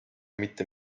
mitte